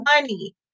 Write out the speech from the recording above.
money